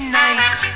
night